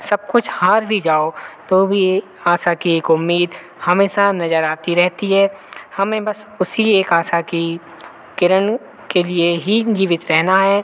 सब कुछ हार भी जाओ तो भी आशा की एक उम्मीद हमेशा नजर आती रहती है हमें बस उसी एक आशा की किरण के लिए ही जीवित रहना है